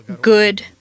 good